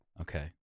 Okay